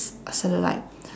c~ cellulite